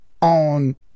on